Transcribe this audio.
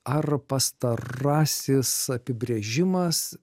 ar pastarasis apibrėžimas